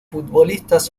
futbolistas